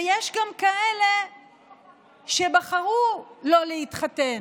ויש גם כאלה שבחרו לא להתחתן,